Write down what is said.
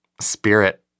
spirit